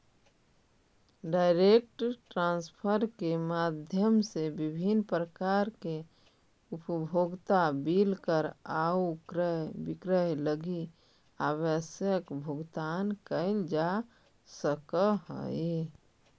direct transfer के माध्यम से विभिन्न प्रकार के उपभोक्ता बिल कर आउ क्रय विक्रय लगी आवश्यक भुगतान कैल जा सकऽ हइ